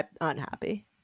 unhappy